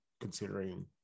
considering